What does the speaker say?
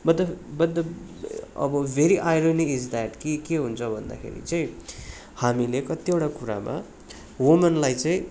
अब very irony is that कि के हुन्छ भन्दाखेरि चाहिँ हामीले कतिवटा कुरामा वुमनलाई चाहिँ